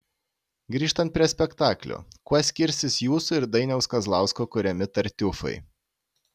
grįžtant prie spektaklio kuo skirsis jūsų ir dainiaus kazlausko kuriami tartiufai